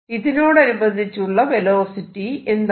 ഇതിനോടനുബന്ധിച്ചുള്ള velocity എന്താണ്